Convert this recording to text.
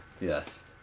Yes